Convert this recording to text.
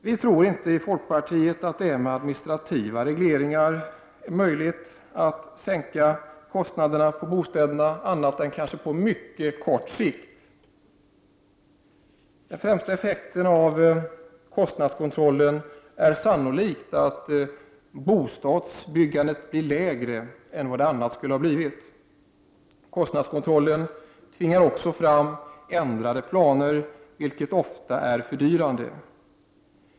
Vi tror inte att det med administrativa regleringar är möjligt att sänka kostnaderna på bostäderna annat än kanske på mycket kort sikt. Den främsta effekten av kostnadskontrollen är sannolikt att bostadsbyggandet blir lägre än vad det annars skulle ha blivit. Kostnadskontrollen tvingar också fram ändrade planer, vilket ofta är fördyrande.